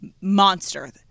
monster